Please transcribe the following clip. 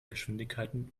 geschwindigkeiten